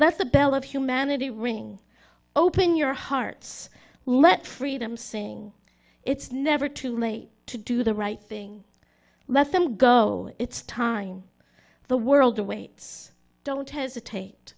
the bell of humanity ring open your hearts let freedom sing it's never too late to do the right thing let them go it's time the world awaits don't hesitate